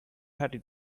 thirty